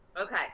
Okay